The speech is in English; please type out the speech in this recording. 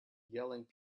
yelling